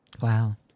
Wow